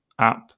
app